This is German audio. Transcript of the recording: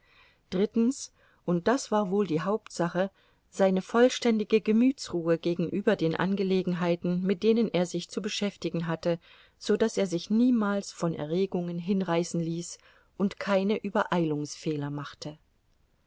und das war wohl die hauptsache seine vollständige gemütsruhe gegenüber den angelegenheiten mit denen er sich zu beschäftigen hatte so daß er sich niemals von erregungen hinreißen ließ und keine übereilungsfehler machte